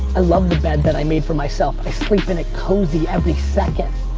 ah love the bed that i made for myself. i sleep in it cozy every second,